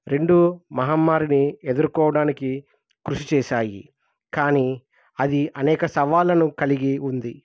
రెండు మహమ్మారిని ఎదుర్కోవడానికి కృషి చేశాయి కానీ అది అనేక సవాళ్ళను కలిగి ఉంది